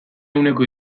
ehuneko